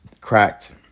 cracked